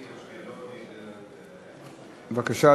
בבקשה,